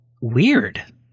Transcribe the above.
weird